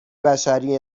بشری